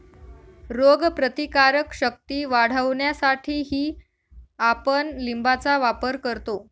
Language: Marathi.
रोगप्रतिकारक शक्ती वाढवण्यासाठीही आपण लिंबाचा वापर करतो